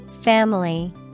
Family